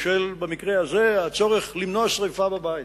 או במקרה הזה, של צורך למנוע שרפה בבית,